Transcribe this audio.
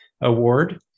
Award